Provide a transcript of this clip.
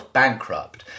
bankrupt